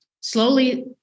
slowly